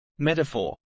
Metaphor